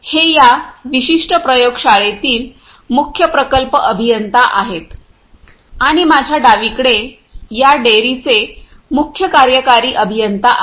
हे या विशिष्ट प्रयोगशाळेतील मुख्य प्रकल्प अभियंता आहेत आणि माझ्या डावीकडे या डेअरीचे मुख्य कार्यकारी अभियंता आहेत